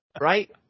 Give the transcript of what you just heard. right